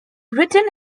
witten